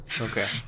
Okay